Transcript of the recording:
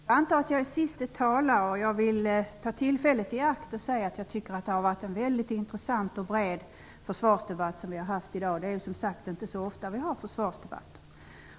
Fru talman! Jag antar att jag är den sista talaren och vill därför ta tillfället i akt och säga att jag tycker att vi har haft en bred och bra försvarsdebatt. Det är inte så ofta vi har försvarsdebatter.